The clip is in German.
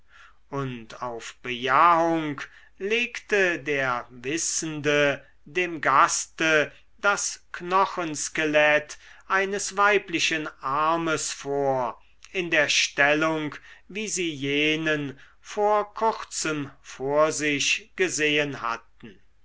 und auf bejahung legte der wissende dem gaste das knochenskelett eines weiblichen armes vor in der stellung wie sie jenen vor kurzem vor sich gesehen hatten